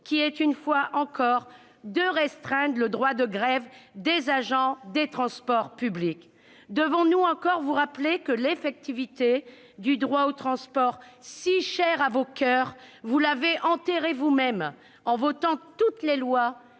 qui vise, une fois encore, à restreindre le droit de grève des agents des transports publics. Devons-nous encore vous rappeler que l'effectivité du droit au transport, si cher à vos coeurs, vous l'avez vous-mêmes enterrée en votant toutes les lois